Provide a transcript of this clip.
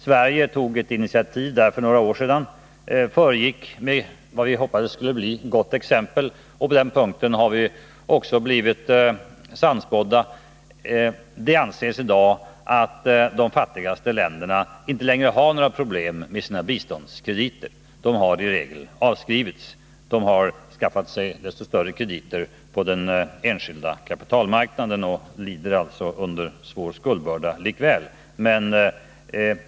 Sverige tog ett initiativ för några år sedan och föregick med vad vi hoppades skulle bli ett gott exempel. På den punkten har vi också blivit sannspådda. Det anses i dag att de fattigaste länderna inte har några problem med sina biståndsskulder — de har i regel avskrivits. Dessa länder har skaffat sig desto större krediter på den enskilda kapitalmarknaden och lider alltså likväl under svår skuldbörda.